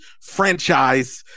franchise